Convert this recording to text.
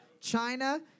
China